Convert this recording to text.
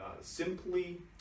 Simply